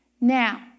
Now